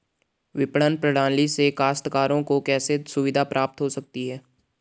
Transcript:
विपणन प्रणाली से काश्तकारों को कैसे सुविधा प्राप्त हो सकती है?